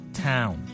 town